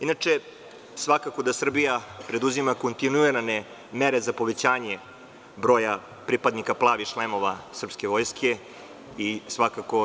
Inače, svakako da Srbija preduzima kontinuirane mere za povećanje broja pripadnika „plavih šlemova“ srpske Vojske i MUP-a.